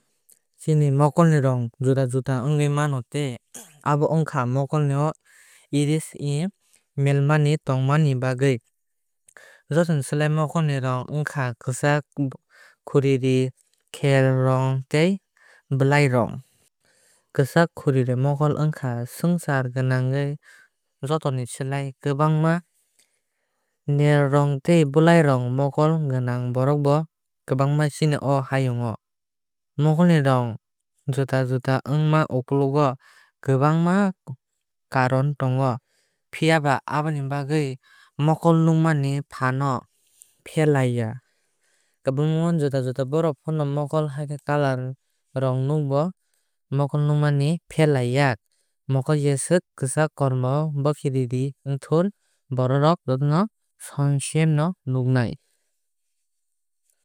Chini mokol ni rong juda juda ongwui mano tei abo wngkha mokol o iris ni melanin tongma bagwui. Joto ni slai mokol ni rong wngkha kwchak khoiri neel rong tei blai rong. Kwchak khoiri mokol wngkha swngchar gwnangwi jotoni slai kwbangma. Neel rong tei blai rong mokol gwnang borok bo kwbangma chini o hayung o. Mokol ni rong juda juda ongma uklugo kwbangma karon tongo. Phiaba aboni bagwui mokol nukmani fano ferlai ya. Kwbangma juda juda borokfano mokol haikhai color rong nukbo mokol nukmani ferlaiya. Mokol jesuk kwchak kormo bokhiridi ongthu borok rok same no nuknai.